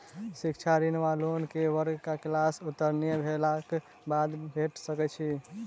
शिक्षा ऋण वा लोन केँ वर्ग वा क्लास उत्तीर्ण भेलाक बाद भेट सकैत छी?